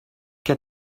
qu’a